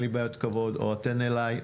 אין לי בעיית כבוד או אתן אליי,